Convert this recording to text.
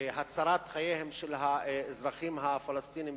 הצרת חייהם של האזרחים הפלסטינים